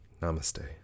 Namaste